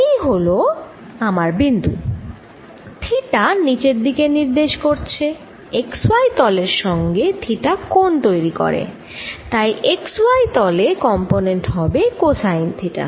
এই হল আমার বিন্দু থিটা নিচের দিকে নির্দেশ করছে x y তলের সঙ্গে থিটা কোণ তৈরি করে তাই x y তলে কম্পোনেন্ট হবে কোসাইন থিটা